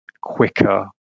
quicker